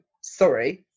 sorry